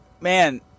man